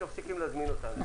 אתם מפסיקים להזמין אותנו.